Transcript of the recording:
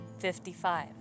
55